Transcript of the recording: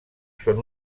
són